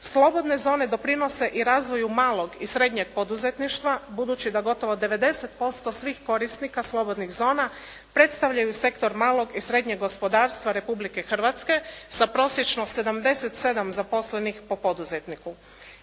Slobodne zone doprinose i razvoju malog i srednjeg poduzetništva budući da gotovo 90% svih korisnika slobodnih zona predstavljaju sektor malog i srednjeg gospodarstva Republike Hrvatske sa prosječno 77 zaposlenih po poduzetniku.